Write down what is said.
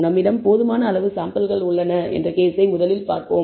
நம்மிடம் போதுமான அளவு சாம்பிள்கள் உள்ளன என்ற கேஸை முதலில் பார்ப்போம்